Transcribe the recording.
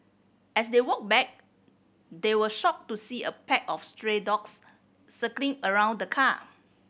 as they walked back they were shocked to see a pack of stray dogs circling around the car